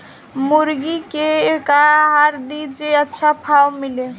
मुर्गा के का आहार दी जे से अच्छा भाव मिले?